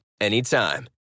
anytime